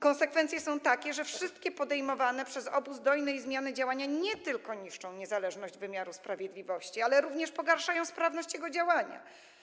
Konsekwencje są takie, że wszystkie podejmowane przez obóz dojnej zmiany działania nie tylko niszczą niezależność wymiaru sprawiedliwości, ale również pogarszają sprawność jego działania.